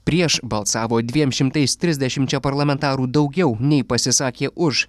prieš balsavo dviem šimtais trisdešimčia parlamentarų daugiau nei pasisakė už